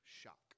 shock